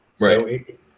Right